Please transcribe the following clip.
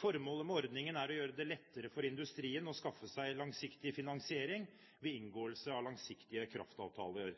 Formålet med ordningen er å gjøre det lettere for industrien å skaffe seg langsiktig finansiering ved inngåelse av langsiktige kraftavtaler.